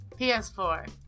PS4